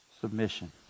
submission